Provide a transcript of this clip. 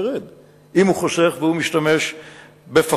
ירד אם הוא חוסך ומשתמש בפחות.